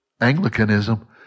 Anglicanism